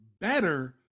better